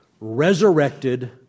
Resurrected